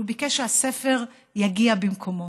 אבל הוא ביקש שהספר יגיע במקומו.